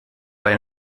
weil